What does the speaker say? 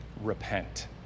Repent